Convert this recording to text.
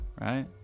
right